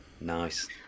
Nice